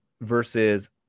versus